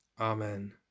Amen